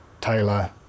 Taylor